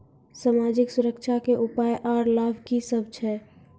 समाजिक सुरक्षा के उपाय आर लाभ की सभ छै?